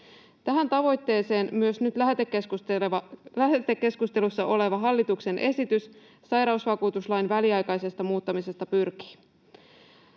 Tähän tavoitteeseen myös nyt lähetekeskustelussa oleva hallituksen esitys sairausvakuutuslain väliaikaisesta muuttamisesta pyrkii.